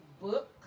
book